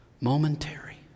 momentary